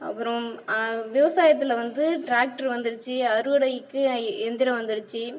அப்புறம் விவசாயத்தில் வந்து டிராக்டர் வந்துடுச்சு அறுவடைக்கு எந்திரம் வந்துடுச்சு